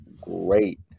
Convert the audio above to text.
great